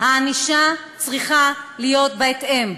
הענישה צריכה להיות בהתאם,